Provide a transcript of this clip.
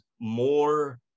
more